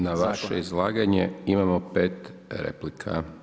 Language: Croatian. Na vaše izlaganje imamo 5 replika.